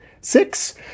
six